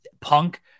punk